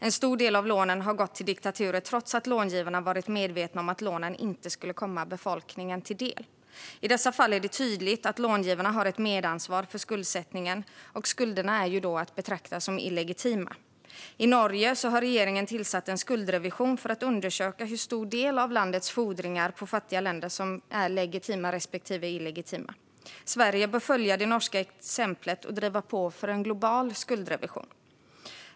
En stor del av lånen har gått till diktaturer trots att långivarna har varit medvetna om att lånen inte skulle komma befolkningen till del. I dessa fall är det tydligt att långivarna har ett medansvar för skuldsättningen, och skulderna är då att betrakta som illegitima. I Norge har regeringen tillsatt en skuldrevision för att undersöka hur stor del av landets fordringar på fattiga länder som är legitima respektive illegitima. Sverige bör följa det norska exemplet och driva på för en global skuldrevision.